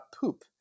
poop